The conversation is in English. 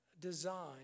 design